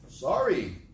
Sorry